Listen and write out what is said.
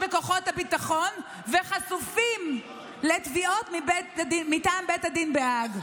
בכוחות הביטחון וחשופים לתביעות מטעם בית הדין בהאג.